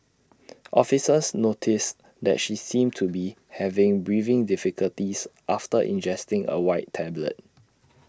officers noticed that she seemed to be having breathing difficulties after ingesting A white tablet